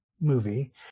movie